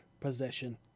possession